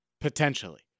potentially